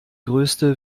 größte